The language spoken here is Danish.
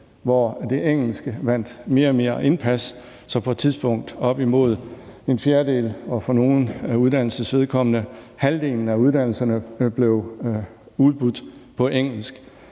og det engelske vandt mere og mere indpas. Således blev op imod en fjerdedel og for nogle af uddannelsernes vedkommende halvdelen af uddannelserne på et tidspunkt udbudt på engelsk,